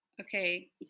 okay